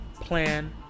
plan